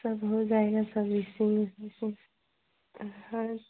सब हो जाएगा सब इसी में है तो हाँ